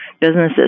businesses